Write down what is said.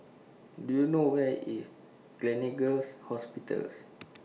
Do YOU know Where IS Gleneagles Hospitals